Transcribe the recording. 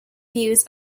views